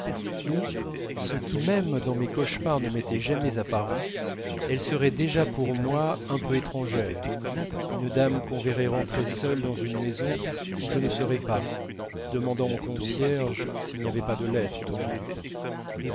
où ce qui même dans mes cauchemars ne m'était jamais apparu elle serait déjà pour moi un peu étrangère une dame qu'on verrait rentrer seule dans une maison où je ne serais pas demandant au concierge s'il n'y avait pas de lettres de moi